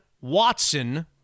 Watson –